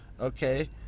Okay